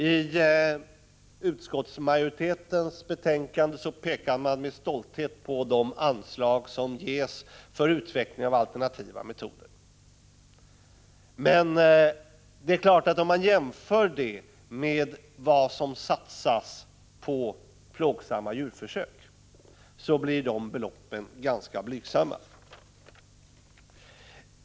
I utskottsmajoritetens betänkande pekar man med stolthet på de anslag som ges för utveckling av alternativa metoder. Men om man jämför de beloppen med vad som satsas på plågsamma djurförsök blir de ganska blygsamma.